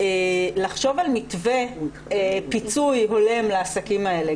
לחשוב על מתווה פיצוי הולם לעסקים האלה,